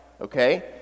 okay